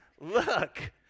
look